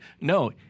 no